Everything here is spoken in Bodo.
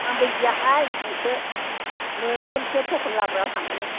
आंबो गियाहाय नोंखो मोनगोनसो थखन लाब्रायाव हानानै